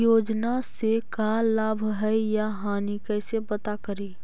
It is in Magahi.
योजना से का लाभ है या हानि कैसे पता करी?